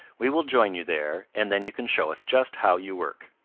we will join you there, and then you can show us just how you work.